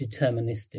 deterministic